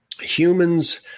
humans